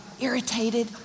irritated